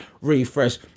refresh